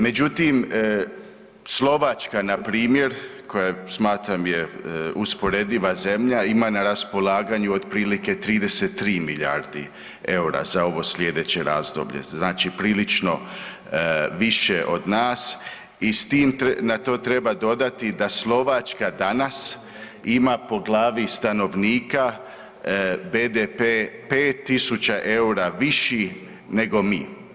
Međutim, Slovačka npr. koju smatram je usporediva zemlja, ima na raspolaganju otprilike 33 milijardi EUR-a za ovo slijedeće razdoblje, znači prilično više od nas i s tim, na to treba dodati da Slovačka danas ima po glavi stanovnika BDP 5.000 EUR-a viši nego mi.